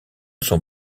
son